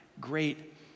great